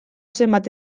zenbat